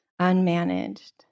unmanaged